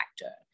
factor